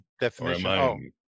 definition